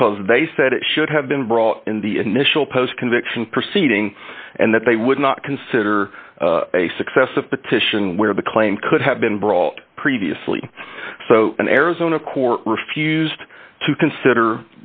because they said it should have been brought in the initial post conviction proceeding and that they would not consider a successive petition where the claim could have been brought previously so an arizona court refused to consider